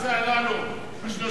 350 המיליון האלה.